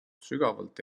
sügavalt